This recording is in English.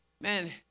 Man